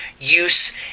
use